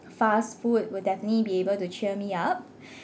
fast food will definitely be able to cheer me up